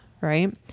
right